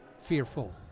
fearful